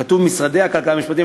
כתוב "משרדי הכלכלה והמשפטים",